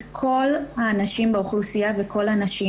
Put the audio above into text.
כל האנשים באוכלוסייה ואת כל הנשים.